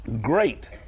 great